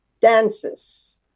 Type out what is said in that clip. dances